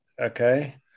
okay